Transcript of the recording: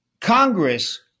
Congress